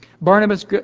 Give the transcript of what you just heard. Barnabas